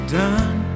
done